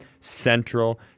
Central